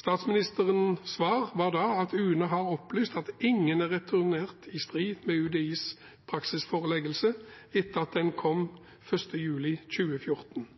Statsministerens svar var da at UNE har opplyst at ingen er returnert i strid med UDIs praksisforeleggelse etter at den kom 1. juli 2014.